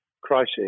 crisis